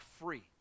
free